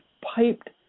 piped